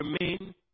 remain